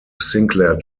sinclair